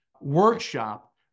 workshop